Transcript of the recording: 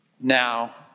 now